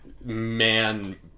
man